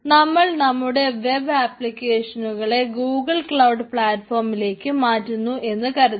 നമ്മൾ നമ്മുടെ വെബ് ആപ്ലിക്കെഷനുകളെ ഗൂഗിൾ ക്ലൌഡ് പളാറ്റ്ഫോമിലേക്ക് മാറ്റുന്നു എന്നു കരുതുക